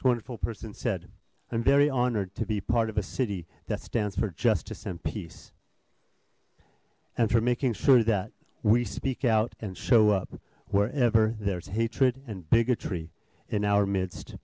know wonderful person said i'm very honored to be part of a city that stands for justice and peace and for making sure that we speak out and show up wherever there's hatred and bigotry in our midst